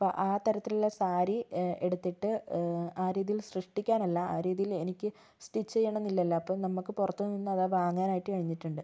അപ്പോൾ ആ തരത്തിലുള്ള സാരി എടുത്തിട്ട് ആ രീതിയില് സൃഷ്ടിക്കാനല്ല ആ രീതിയില് എനിക്ക് സ്റ്റിച്ച് ചെയ്യണം എന്നില്ലല്ലോ അപ്പോൾ നമുക്ക് പുറത്ത് നിന്ന് അത് വാങ്ങാനായിട്ട് കഴിഞ്ഞിട്ടുണ്ട്